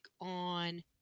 on